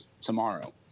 tomorrow